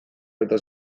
eta